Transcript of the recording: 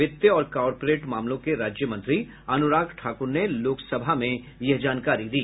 वित्त और कार्पोरेट मामलों के राज्यमंत्री अनुराग ठाकुर ने लोकसभा में यह जानकारी दी